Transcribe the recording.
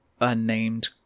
unnamed